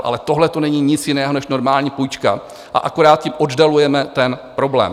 Ale tohleto není nic jiného než normální půjčka a akorát tím oddalujeme ten problém.